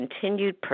continued